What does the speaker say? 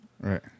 right